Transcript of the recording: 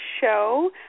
show